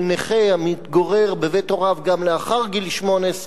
של נכה המתגורר בבית הוריו גם לאחר גיל 18,